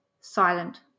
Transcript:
silent